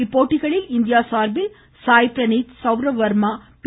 இப்போட்டிகளில் இந்தியா சார்பில் சாய் ப்ரனீத் சவுரவ் வர்மா பி